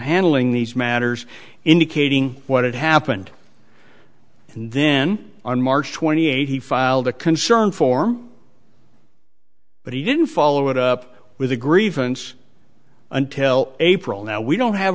handling these matters indicating what had happened and then on march twenty eighth he filed a concerned form but he didn't follow it up with a grievance until april now we don't have